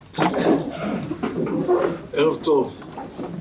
ערב טוב.